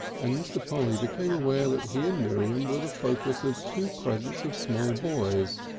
and mr. polly became aware that he and miriam were the focus of two crescents of small boys,